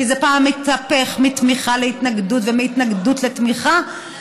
כי זה התהפך מתמיכה להתנגדות ומהתנגדות לתמיכה,